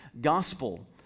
gospel